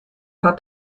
paar